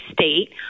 state